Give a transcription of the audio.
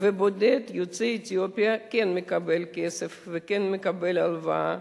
ובודד יוצא אתיופיה כן מקבל כסף וכן מקבל הלוואה